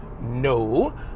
No